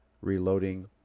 reloading